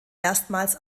erstmals